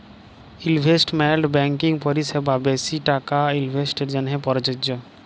investment banking পরিসেবা বেশি টাকা ইলভেস্টের জ্যনহে পরযজ্য